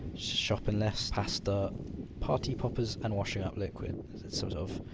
shopping list pasta party poppers, and washing up liquids. some sort of.